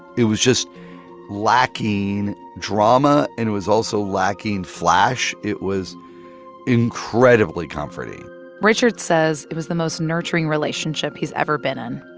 it was just lacking drama, and it was also lacking flash. it was incredibly comforting richard says it was the most nurturing relationship he's ever been in.